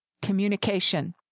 Communication